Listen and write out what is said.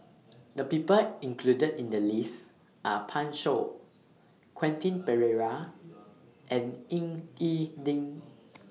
The People included in The list Are Pan Shou Quentin Pereira and Ying E Ding